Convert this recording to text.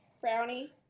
brownie